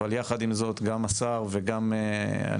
אבל יחד עם זאת גם השר וגם אני,